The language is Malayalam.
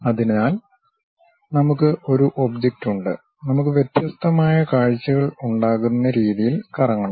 അതിനാൽ നമുക്ക് ഒരു ഒബ്ജക്റ്റ് ഉണ്ട് നമുക്ക് വ്യത്യസ്തമായ കാഴ്ച്ചകൾ ഉണ്ടാകുന്ന രീതിയിൽ കറങ്ങണം